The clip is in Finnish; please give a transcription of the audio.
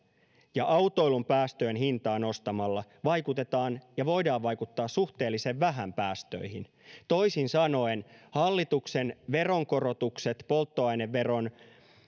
ja autoilun päästöjen hintaa nostamalla vaikutetaan ja voidaan vaikuttaa suhteellisen vähän päästöihin toisin sanoen hallituksen veronkorotukset polttoaineveroon